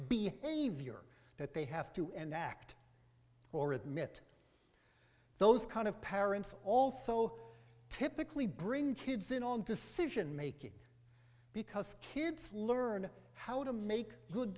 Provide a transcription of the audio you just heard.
viewer that they have to and act or admit those kind of parents also typically bring kids in on decision making because kids learn how to make good